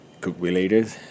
cook-related